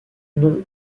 nom